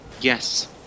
Yes